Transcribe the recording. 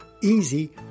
easy